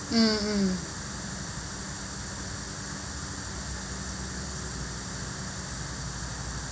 mm mm